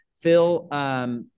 Phil –